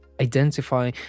Identify